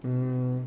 mm